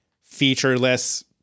featureless